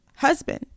husband